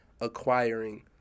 acquiring